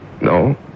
No